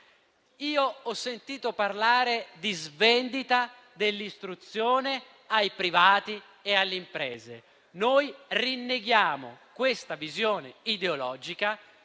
Ho sentito parlare di svendita dell'istruzione ai privati e alle imprese. Noi rinneghiamo questa visione ideologica